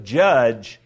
judge